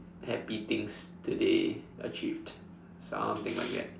happy things today achieved something like that